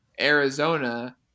Arizona